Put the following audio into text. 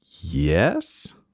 Yes